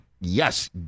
Yes